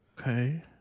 Okay